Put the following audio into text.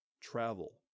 Travel